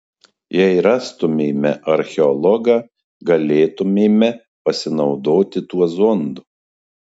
jei rastumėme archeologą galėtumėme pasinaudoti tuo zondu